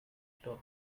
store